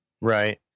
Right